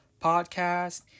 podcast